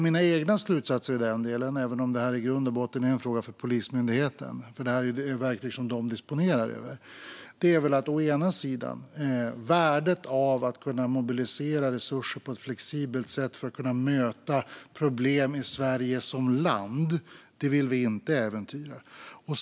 Detta är i grund och botten en fråga för Polismyndigheten, för det är verktyg som de disponerar över. Men mina egna slutsatser i denna del handlar bland annat om värdet av att kunna mobilisera resurser på ett flexibelt sätt för att kunna möta problem i Sverige som land. Det vill vi inte äventyra.